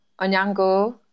Onyango